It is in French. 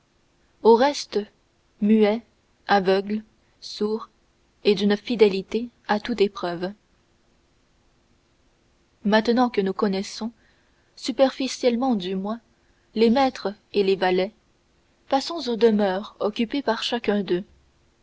au reste muet aveugle sourd et d'une fidélité à toute épreuve maintenant que nous connaissons superficiellement du moins les maîtres et les valets passons aux demeures occupées par chacun d'eux